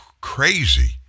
crazy